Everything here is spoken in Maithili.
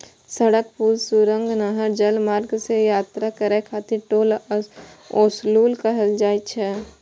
सड़क, पुल, सुरंग, नहर, जलमार्ग सं यात्रा करै खातिर टोल ओसूलल जाइ छै